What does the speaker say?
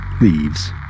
leaves